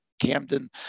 Camden